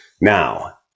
Now